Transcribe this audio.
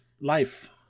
life